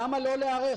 למה לא להיערך?